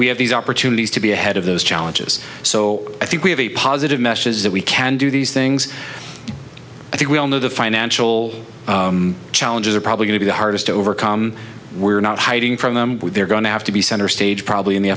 we have these opportunities to be ahead of those challenges so i think we have a positive message that we can do these things i think we all know the financial challenges are probably going to be hardest to overcome we're not hiding from them they're going to have to be center stage probably in the